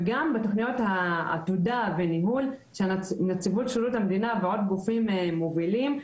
וגם בתכניות העבודה וניהול של נציבות שירות המדינה ועוד גופים מובילים,